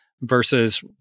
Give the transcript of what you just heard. versus